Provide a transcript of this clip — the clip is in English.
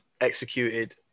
executed